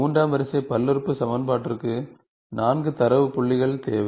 மூன்றாம் வரிசை பல்லுறுப்புறுப்பு சமன்பாட்டிற்கு 4 தரவு புள்ளிகள் தேவை